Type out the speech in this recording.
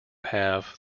have